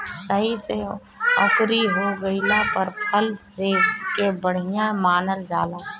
सही से अंकुरी हो गइला पर फसल के बढ़िया मानल जाला